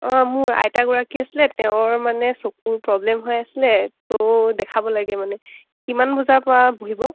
অঁ মোৰ আইতাগৰাকী আছিলে তেওঁৰ মানে চকুৰ প্ৰব্লেম হৈ আছিলে তো দেখাব লাগে মানে কিমান বজাৰপৰা বহিব